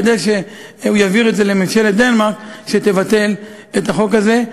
כדי שממשלת דנמרק תבטל את החוק הזה.